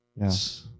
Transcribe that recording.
yes